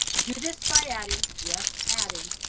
do this by adding, yes adding,